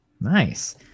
Nice